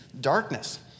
darkness